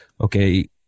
okay